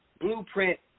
blueprint